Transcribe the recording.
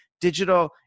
digital